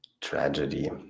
tragedy